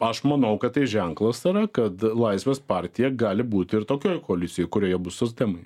aš manau kad tai ženklas yra kad laisvės partija gali būti ir tokioj koalicijoj kurioje bus socdemai